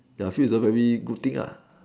ya feel it's a very good thing lah